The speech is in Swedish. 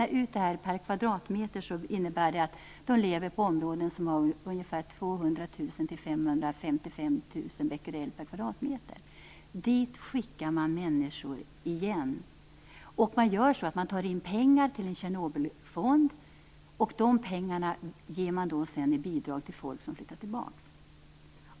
Det innebär att människorna lever i områden där det är ungefär 200 000 555 000 Bq per kvadratmeter. Dit skickar man människor igen. Man gör så att man tar in pengar till en Tjernobylfond. Dessa pengar ger man sedan i bidrag till människor som flyttar tillbaka.